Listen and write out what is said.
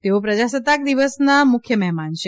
તેઓ પ્રજાસત્તાક દિવસના મુખ્ય મહેમાન છે